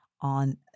on